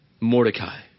Mordecai